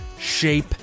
Shape